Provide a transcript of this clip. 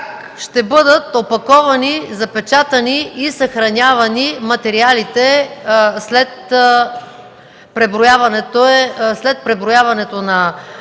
ще бъдат опаковани, запечатани и съхранявани материалите след преброяването на